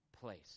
place